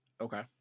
Okay